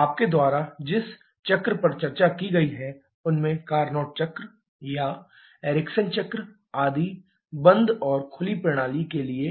आपके द्वारा जिस चक्र पर चर्चा की गई है उनमें कार्नोट चक्र या एरिक्सन चक्र आदि बंद और खुली प्रणाली के लिए